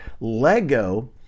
Lego